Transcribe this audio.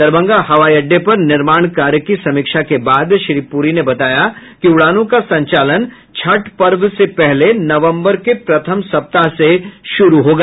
दरभंगा हवाई अड्डे पर निर्माण कार्य की समीक्षा के बाद श्री पुरी ने बताया कि उड़ानों का संचालन छठ पर्व से पहले नवंबर के प्रथम सप्ताह से शुरू होगा